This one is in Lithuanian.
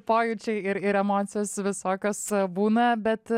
pojūčiai ir ir emocijos visokios būna bet